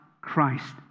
Christ